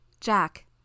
Jack